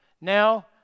Now